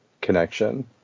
connection